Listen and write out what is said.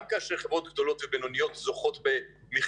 גם כאשר חברות גדולות ובינוניות זוכות במכרז,